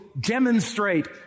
Demonstrate